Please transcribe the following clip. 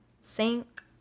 sink